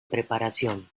preparación